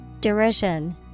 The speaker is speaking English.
Derision